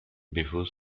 bevor